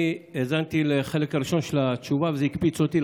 אני האזנתי לחלק הראשון של התשובה וזה הקפיץ אותי,